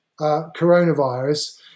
coronavirus